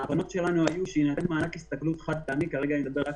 ההבנות שלנו היו שיינתן מענק הסתגלות חד פעמי למעונות